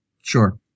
Sure